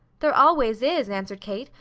there always is, answered kate.